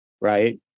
right